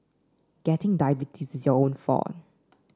getting diabetes is your own fault